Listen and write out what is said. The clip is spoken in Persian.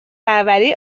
پروری